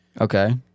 Okay